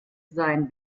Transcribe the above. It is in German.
sein